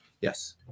Yes